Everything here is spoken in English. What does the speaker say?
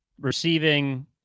receiving